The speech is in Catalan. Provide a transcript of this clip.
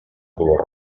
color